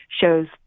shows